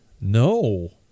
no